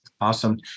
Awesome